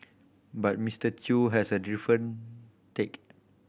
but Mister Chew has a different take